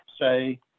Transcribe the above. say